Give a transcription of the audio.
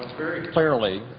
very clearly,